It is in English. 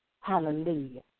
Hallelujah